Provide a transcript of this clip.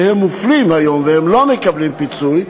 שהם מופלים היום והם לא מקבלים פיצוי,